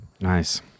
nice